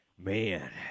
Man